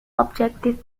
objective